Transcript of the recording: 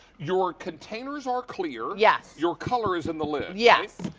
your containers are clear. yes. your color is in the lid. yes.